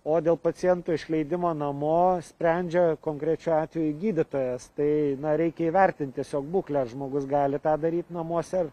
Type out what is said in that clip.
o dėl pacientų išleidimo namo sprendžia konkrečiu atveju gydytojas tai reikia įvertint tiesiog būklę ar žmogus gali tą daryt namuose